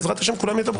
בעזרת השם, כולם ידברו.